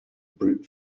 brute